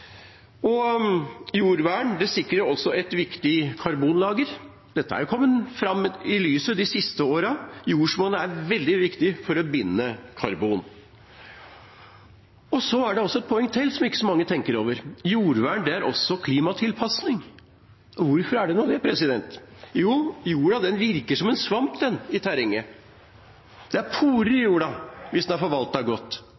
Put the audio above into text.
sikrer også et viktig karbonlager. Dette har kommet fram i lyset de siste årene. Jordsmonnet er veldig viktig for å binde karbon. Det er et poeng til, som mange ikke tenker over: Jordvern er også klimatilpasning. Hvorfor er det det? Jo, for jorda virker som en svamp i terrenget. Det er porer i jorda hvis den er forvaltet godt.